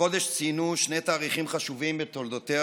החודש ציינו שני תאריכים חשובים בתולדותיה